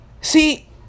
see